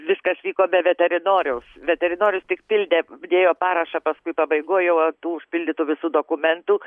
viskas vyko be veterinoriaus veterinorius pildė dėjo parašą paskui pabaigoje ant tų užpildytų visų dokumentų